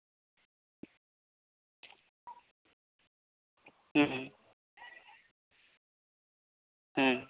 ᱦᱩᱸ ᱦᱩᱸ